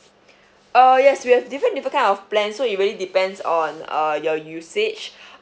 uh yes we have different different kind of plan so it really depends on uh your usage